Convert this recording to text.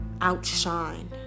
outshine